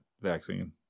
vaccine